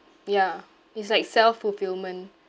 ya it's like self fulfilment